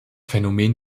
phänomen